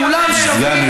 הן שוות יותר.